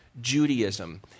Judaism